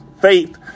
faith